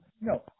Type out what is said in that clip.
No